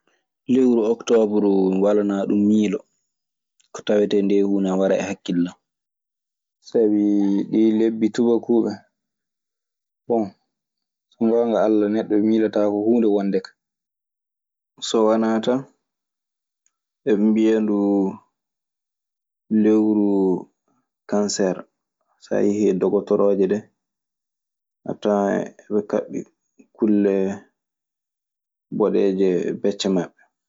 Lewru Octoobru, mi walanaa ɗun miilo. Ko tawetee ndee huunde ana wara e hakkille an. Sabi ɗii lebbi tuubakuuɓe. Bon, so ngoonga Alla, neɗɗo miilotaako huunde wonde ka. So wanaa tan, eɓe mbiya nduu lewru kanseer. So a yehii e dogotorooje ɗe, a tawan eɓe kaɓɓi kulle boɗeeje becce maɓɓe.